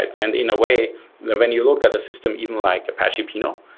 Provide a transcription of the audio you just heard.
and in a way that when you look at the system, even like apache pinot,